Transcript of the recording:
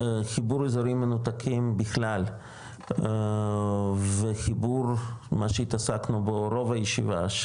חיבור אזורים מנותקים בכלל וחיבור מה שהתעסקנו בו רוב הישיבה,